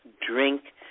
drink